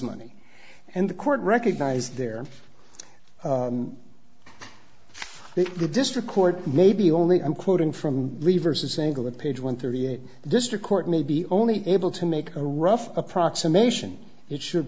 money and the court recognize there that the district court may be only i'm quoting from reverse a single page one thirty eight district court may be only able to make a rough approximation it should